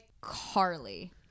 Carly